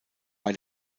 bei